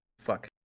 Fuck